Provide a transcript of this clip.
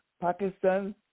Pakistan